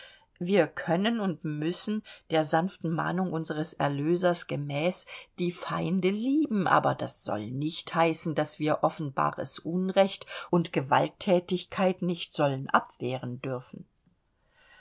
wir können und müssen der sanften mahnung unseres erlösers gemäß die feinde lieben aber das soll nicht heißen daß wir offenbares unrecht und gewaltthätigkeit nicht sollten abwehren dürfen